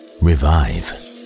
Revive